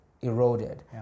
eroded